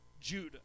Judah